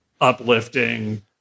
uplifting